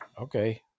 Okay